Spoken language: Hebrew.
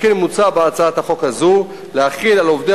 על כן מוצע בהצעת החוק הזאת להחיל על עובדי